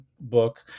book